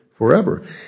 Forever